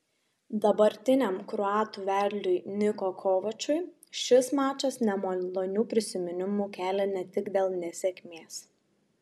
dabartiniam kroatų vedliui niko kovačui šis mačas nemalonių prisiminimų kelia ne tik dėl nesėkmės